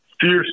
Fierce